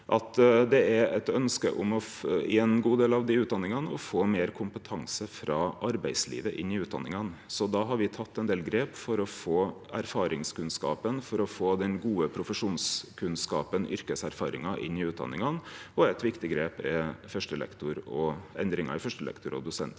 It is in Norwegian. dei er eit ønske om å få meir kompetanse frå arbeidslivet inn i utdanningane. Så då har me teke ein del grep for å få erfaringskunnskapen og den gode profesjonskunnskapen, yrkeserfaringa, inn i utdanningane, og eitt viktig grep er endringar i førstelektor- og dosentstigen.